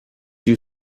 you